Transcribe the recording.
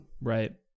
right